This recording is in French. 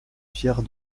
fière